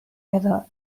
ever